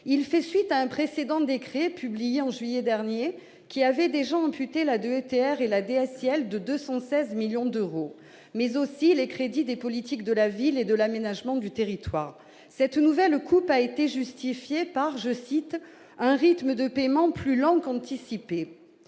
Il fait suite à un précédent décret, publié en juillet dernier, qui avait déjà amputé la DETR et la DSIL de 216 millions d'euros, ainsi que les crédits des politiques de la ville et de l'aménagement du territoire. Cette nouvelle coupe a été justifiée par « un rythme de paiement plus lent qu'anticipé ».